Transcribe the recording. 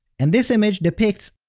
and this image depicts, ah.